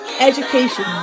Education